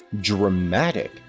dramatic